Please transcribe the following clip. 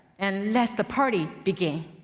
and let the party begin.